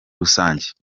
rusange